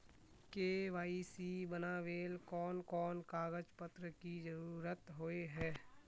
KYC बनावेल कोन कोन कागज पत्र की जरूरत होय है?